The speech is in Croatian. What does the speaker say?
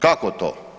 Kako to?